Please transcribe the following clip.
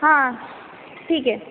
हां ठीक आहे